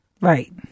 Right